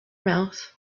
mouth